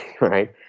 right